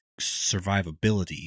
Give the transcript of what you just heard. survivability